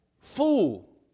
fool